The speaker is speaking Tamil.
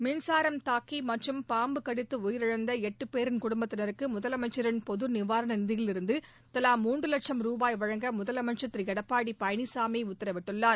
மின்சாரம் தாக்கி மற்றும் பாம்பு கடித்து உயிரிழந்த எட்டு பேரின் குடும்பத்தினருக்கு முதலமைச்சரின் பொது நிவாரண நிதியிலிருந்து தவா மூன்று வட்சும் ரூபாய் வழங்க முதலமைச்சர் திரு எடப்பாடி பழனிசாமி உத்தரவிட்டுள்ளார்